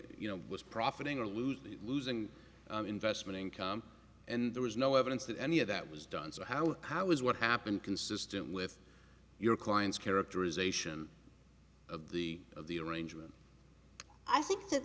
you know was profiting or lose losing investment income and there was no evidence that any of that was done so how how was what happened consistent with your client's characterization of the of the arrangement i think that